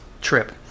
trip